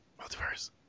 Multiverse